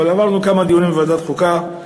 אבל עברנו כמה דיונים בוועדת חוקה,